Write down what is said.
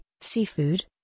seafood